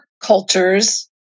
cultures